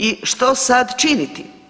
I što sad činiti?